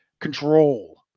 control